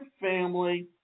family